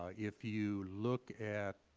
ah if you look at